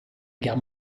guerre